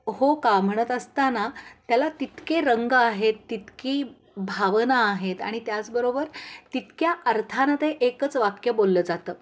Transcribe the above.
हो का म्हणत असताना त्याला तितके रंग आहेत तितकी भावना आहेत आणि त्याचबरोबर तितक्या अर्थानं ते एकच वाक्य बोललं जातं